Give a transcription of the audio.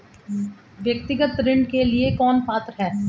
व्यक्तिगत ऋण के लिए कौन पात्र है?